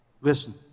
Listen